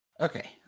Okay